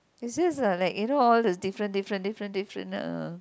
it's just uh like you know all the different different different different uh